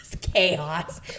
chaos